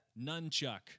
Nunchuck